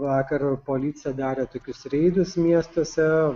vakar ir policija darė tokius reidus miestuose